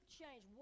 change